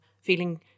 feeling